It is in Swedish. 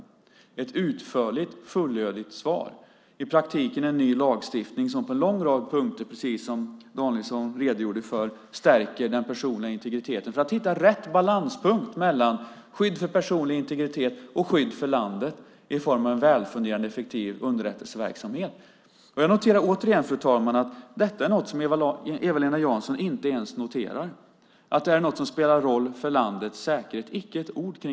Det är ett utförligt, fullödigt svar. I praktiken är det en ny lagstiftning som på en lång rad punkter, precis som Staffan Danielsson redogjorde för, stärker den personliga integriteten för att hitta rätt balans mellan skydd för personlig integritet och skydd för landet i form av en välfungerande effektiv underrättelseverksamhet. Eva-Lena Jansson noterar inte ens att det är något som spelar roll för landets säkerhet. Hon säger inte ett ord om det.